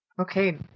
Okay